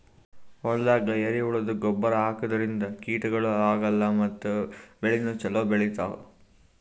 ಹೊಲ್ದಾಗ ಎರೆಹುಳದ್ದು ಗೊಬ್ಬರ್ ಹಾಕದ್ರಿನ್ದ ಕೀಟಗಳು ಆಗಲ್ಲ ಮತ್ತ್ ಬೆಳಿನೂ ಛಲೋ ಬೆಳಿತಾವ್